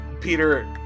Peter